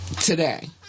today